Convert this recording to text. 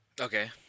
okay